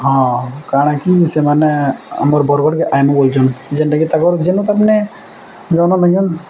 ହଁ କାଣାକି ସେମାନେ ଆମର ବରଗଡ଼କେ ଆଇମୁ ବୋଲୁଚନ୍ ଯେନ୍ଟା କି ତାଙ୍କର ଯେନୁ ତାମାନେ